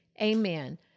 Amen